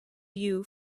view